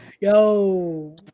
Yo